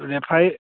referee